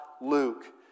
Luke